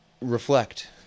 reflect